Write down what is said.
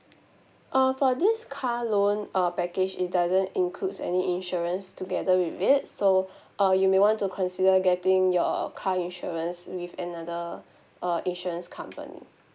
err for this car loan uh package it doesn't includes any insurance together with it so uh you may want to consider getting your car insurance with another err insurance company